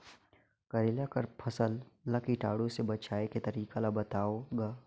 करेला कर फसल ल कीटाणु से बचाय के तरीका ला बताव ग?